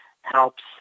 helps